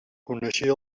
coneixia